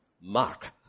Mark